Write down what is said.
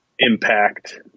impact